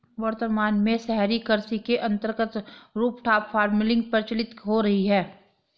वर्तमान में शहरी कृषि के अंतर्गत रूफटॉप फार्मिंग प्रचलित हो रही है